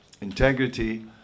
integrity